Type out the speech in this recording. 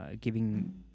giving